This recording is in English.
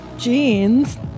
jeans